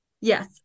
Yes